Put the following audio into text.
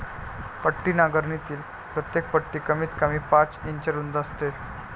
पट्टी नांगरणीतील प्रत्येक पट्टी कमीतकमी पाच इंच रुंद असते